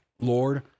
Lord